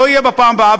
לא יהיה בפעם הבאה,